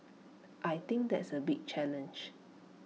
I think that's A big challenge